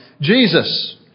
Jesus